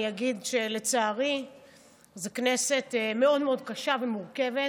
אגיד שלצערי זו כנסת מאוד מאוד קשה ומורכבת,